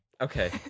Okay